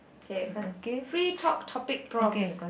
K faster free top topic froms